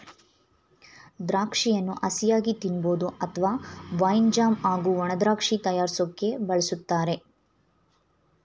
ದ್ರಾಕ್ಷಿಯನ್ನು ಹಸಿಯಾಗಿ ತಿನ್ಬೋದು ಅತ್ವ ವೈನ್ ಜ್ಯಾಮ್ ಹಾಗೂ ಒಣದ್ರಾಕ್ಷಿ ತಯಾರ್ರ್ಸೋಕೆ ಬಳುಸ್ತಾರೆ